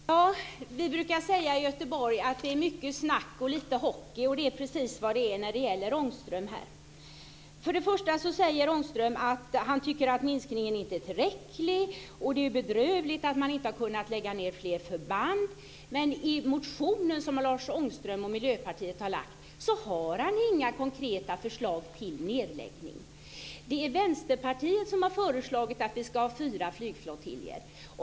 Fru talman! Vi brukar säga i Göteborg att det är mycket snack och lite hockey, och det är precis vad det är när det gäller Ångström. Ångström säger att han tycker att minskningen inte är tillräcklig och att det är bedrövligt att man inte har kunnat lägga ned fler förband. Men i motionen som Lars Ångström och Miljöpartiet har lagt fram har han inga konkreta förslag till nedläggning. Det är Vänsterpartiet som har föreslagit att det ska vara fyra flygflottiljer.